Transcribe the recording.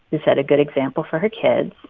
who set a good example for her kids,